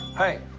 hey,